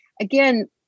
again